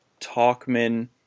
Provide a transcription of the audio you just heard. talkman